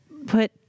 put